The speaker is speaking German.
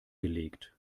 gelegt